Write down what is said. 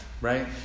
Right